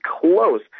close